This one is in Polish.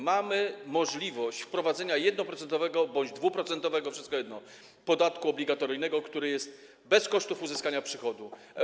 Mamy możliwość wprowadzenia 1-procentowego bądź 2-procentowego, wszystko jedno, podatku obligatoryjnego, bez kosztów uzyskania przychodu.